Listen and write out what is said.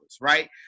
right